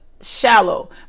shallow